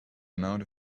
amount